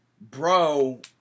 bro